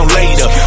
later